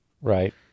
Right